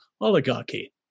oligarchy